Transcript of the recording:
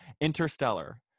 Interstellar